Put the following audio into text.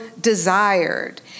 desired